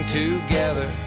together